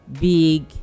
Big